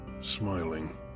smiling